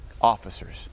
officers